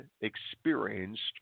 experienced